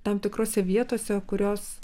tam tikrose vietose kurios